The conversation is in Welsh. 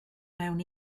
mewn